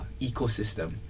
ecosystem